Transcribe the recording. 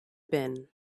bin